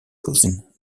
cousin